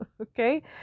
Okay